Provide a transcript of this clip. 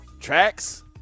tracks